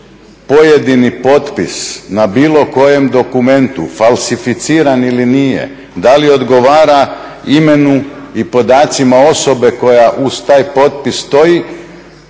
pojedini potpis na bilo kojem dokumentu falsificiran ili nije, da li odgovara imenu i podacima osobe koja uz taj potpis stoji,